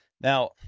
Now